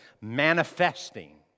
manifesting